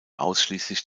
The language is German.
ausschließlich